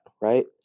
right